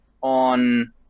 on